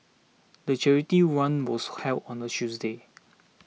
the charity run was held on a Tuesday